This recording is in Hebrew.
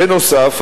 בנוסף,